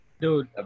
Dude